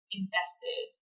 invested